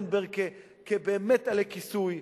ואתם השתמשתם בפרופסור טרכטנברג כעלה כיסוי,